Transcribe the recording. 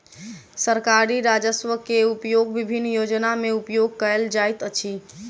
सरकारी राजस्व के उपयोग विभिन्न योजना में उपयोग कयल जाइत अछि